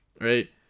right